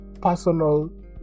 personal